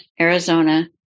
Arizona